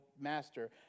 master